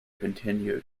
continued